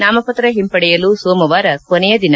ನಾಮಪತ್ರ ಹಿಂಪಡೆಯಲು ಸೋಮವಾರ ಕೊನೆಯ ದಿನ